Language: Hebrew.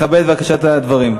לכבד בבקשה את הדברים.